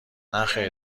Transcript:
نخیر